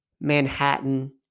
Manhattan